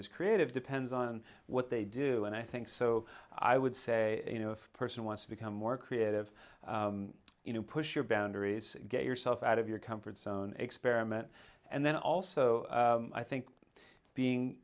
is creative depends on what they do and i think so i would say you know if a person wants to become more creative you know push your boundaries get yourself out of your comfort zone experiment and then also i think being